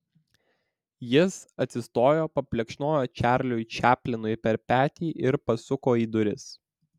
jis atsistojo paplekšnojo čarliui čaplinui per petį ir pasuko į duris